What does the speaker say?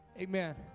Amen